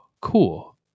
cool